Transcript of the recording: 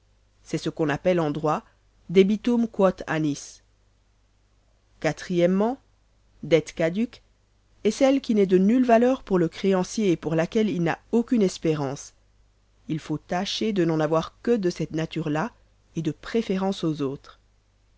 c'est ce qu'on appelle en droit debitum quot annis o dette caduque est celle qui n'est de nulle valeur pour le créancier et pour laquelle il n'a aucune espérance il faut tâcher de n'en avoir que de cette nature et de préférence aux autres